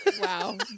Wow